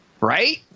right